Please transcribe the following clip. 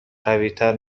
قویتر